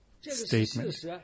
statement